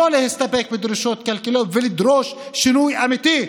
שלא להסתפק בדרישות כלכליות ולדרוש שינוי אמיתי.